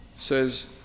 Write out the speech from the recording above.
says